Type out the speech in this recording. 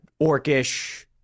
Orcish